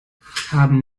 haben